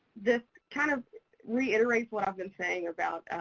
this kind of reiterates what i've been saying about